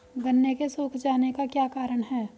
गन्ने के सूख जाने का क्या कारण है?